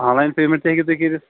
آن line payment تہِ ہیٚکِو تُہۍ کٔرِتھ